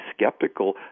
skeptical